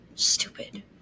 stupid